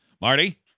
Marty